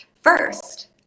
first